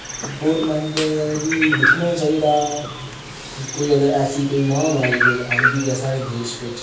government गी दिक्खना चाहिदा कि कोई अगर ऐसी कोई माहमारी कोई आंदी ऐ साढ़े देश विच